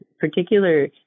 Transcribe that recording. particular